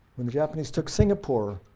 when the japanese took singapore,